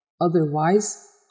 Otherwise